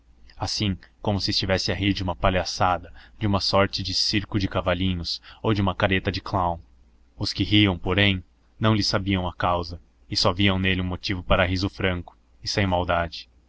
assim como se se estivesse a rir de uma palhaçada de uma sorte de circo de cavalinhos ou de uma careta de clown os que riam porém não lhe sabiam a causa e só viam nele um motivo para riso franco e sem maldade